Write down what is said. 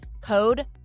Code